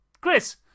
Chris